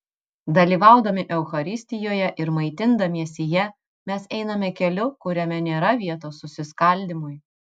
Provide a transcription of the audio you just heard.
dalyvaudami eucharistijoje ir maitindamiesi ja mes einame keliu kuriame nėra vietos susiskaldymui